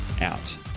out